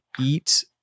eat